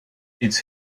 its